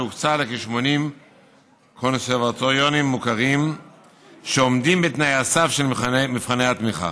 שהוקצו לכ-80 קונסרבטוריונים מוכרים שעומדים בתנאי הסף של מבחני התמיכה.